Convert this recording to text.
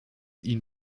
ihn